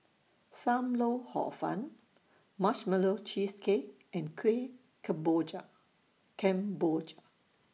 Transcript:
SAM Lau Hor Fun Marshmallow Cheesecake and Kueh Kemboja Kemboja